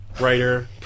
writer